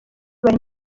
bari